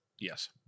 Yes